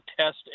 test